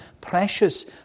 precious